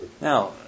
Now